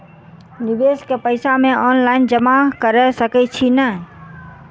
निवेश केँ पैसा मे ऑनलाइन जमा कैर सकै छी नै?